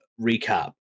recap